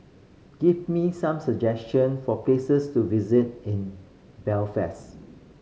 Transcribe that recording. give me some suggestion for places to visit in Belfast